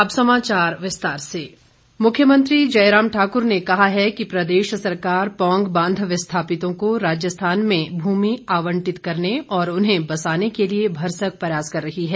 अब समाचार विस्तार से प्रश्नकाल मुख्यमंत्री जयराम ठाकुर ने कहा है कि प्रदेश सरकार पौंग बांध विस्थापितों को राजस्थान में भूमि आवंटित करने और उन्हें बसाने के लिए भरसक प्रयास कर रही है